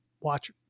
watch